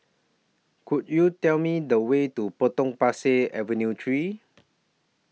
Could YOU Tell Me The Way to Potong Pasir Avenue three